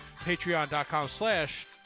Patreon.com/slash